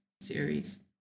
series